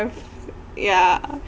yeah